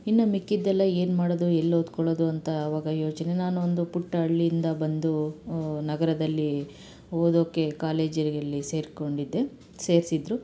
ಇನ್ನು ಮಿಕ್ಕಿದ್ದೆಲ್ಲ ಏನು ಮಾಡೋದು ಎಲ್ಲಿ ಓದ್ಕೊಳ್ಳೋದು ಅಂತ ಅವಾಗ ಯೋಚನೆ ನಾನೊಂದು ಪುಟ್ಟ ಹಳ್ಳಿಯಿಂದ ಬಂದು ನಗರದಲ್ಲಿ ಓದೋಕ್ಕೆ ಕಾಲೇಜ್ ಇಲ್ಲಿ ಸೇರಿಕೊಂಡಿದ್ದೆ ಸೇರಿಸಿದ್ರು